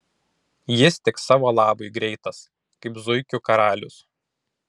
jis tik savo labui greitas kaip zuikių karalius